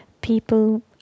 people